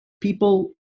people